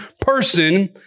person